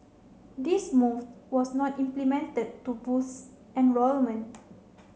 this move was not implemented to boost enrolment